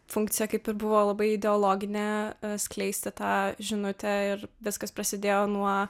funkcija kaip ir buvo labai ideologinė skleisti tą žinutę ir viskas prasidėjo nuo